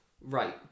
Right